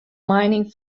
mining